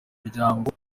miryango